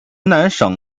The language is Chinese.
湖南省